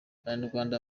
abanyarwanda